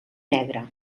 negre